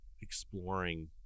exploring